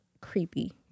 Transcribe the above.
creepy